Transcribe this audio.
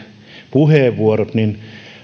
puheenvuoro niin